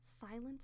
Silence